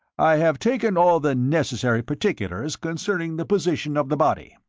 i have taken all the necessary particulars concerning the position of the body,